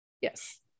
Yes